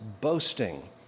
boasting